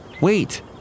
wait